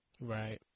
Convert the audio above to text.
right